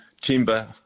timber